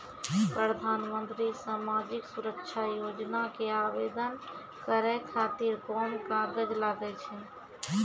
प्रधानमंत्री समाजिक सुरक्षा योजना के आवेदन करै खातिर कोन कागज लागै छै?